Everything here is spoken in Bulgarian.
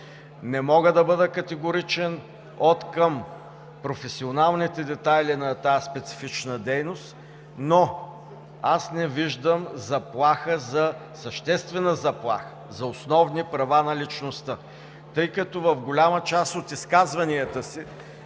не мога да бъда категоричен откъм професионалните детайли на тази специфична дейност, но аз не виждам съществена заплаха за основни права на личността. Тъй като в голяма част от изказванията си